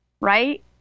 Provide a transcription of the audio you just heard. right